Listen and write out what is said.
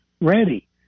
ready